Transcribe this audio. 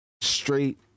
straight